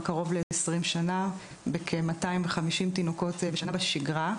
קרוב ל-20 שנה בכ-250 תינוקות בשנה שעברה.